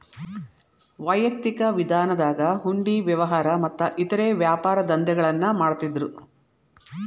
ವೈಯಕ್ತಿಕ ವಿಧಾನದಾಗ ಹುಂಡಿ ವ್ಯವಹಾರ ಮತ್ತ ಇತರೇ ವ್ಯಾಪಾರದಂಧೆಗಳನ್ನ ಮಾಡ್ತಿದ್ದರು